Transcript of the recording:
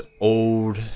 old